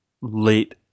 late